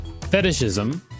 fetishism